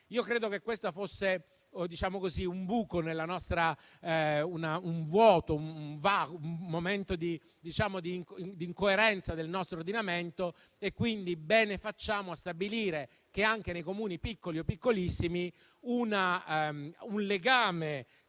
Credo che questo fosse un buco, un vuoto, un momento di incoerenza del nostro ordinamento, e quindi bene facciamo a stabilire che è necessario che anche nei piccoli o piccolissimi Comuni